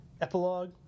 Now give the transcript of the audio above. epilogue